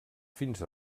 fins